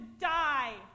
die